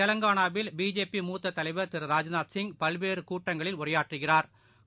தெலங்கானாவில் பிஜேபி மூத்ததலைவா் திரு ராஜ்நாத்சிங் பல்வேறுகூட்டங்களில் உரையாற்றுகிறாா்